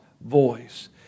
voice